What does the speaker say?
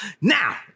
Now